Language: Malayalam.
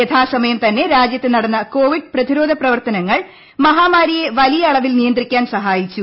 യഥാസമയം തന്നെ രാജ്യത്ത് നടന്ന കോവിഡ് പ്രതിരോധ പ്രവർത്തനങ്ങൾ മഹാമാരിയെ വലിയ അളവിൽ നിയന്ത്രിക്കാൻ സഹാ യിച്ചു